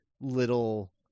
little